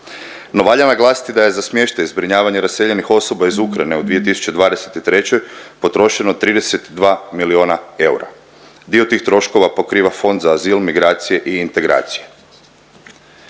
No, valja naglasiti da je za smještaj i zbrinjavanje raseljenih osoba iz Ukrajine u 2023. potrošeno 32 miliona eura. Dio tih troškova pokriva Fond za azil, migracije i integracije.